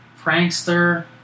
Prankster